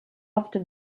often